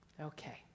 Okay